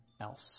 else